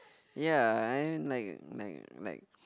ya I like like like